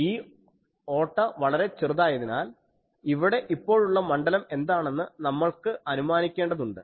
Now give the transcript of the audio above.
ഈ ഓട്ട വളരെ ചെറുതായതിനാൽ ഇവിടെ ഇപ്പോഴുള്ള മണ്ഡലം എന്താണെന്ന് നമ്മൾക്ക് അനുമാനിക്കേണ്ടത് ഉണ്ട്